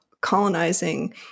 colonizing